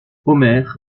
omer